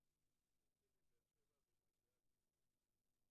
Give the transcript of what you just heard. כי תל אביב זה תמיד יותר רחוק מבאר שבע כפי